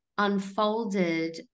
unfolded